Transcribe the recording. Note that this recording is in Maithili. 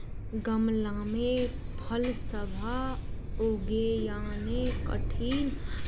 गमलामे फलसभ उगयनाइ कठिन